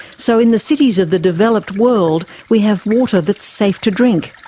so in the cities of the developed world, we have water that's safe to drink,